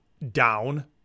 Down